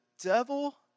devil